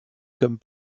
comme